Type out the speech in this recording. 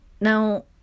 Now